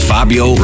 Fabio